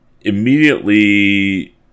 immediately